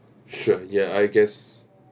sure ya I guess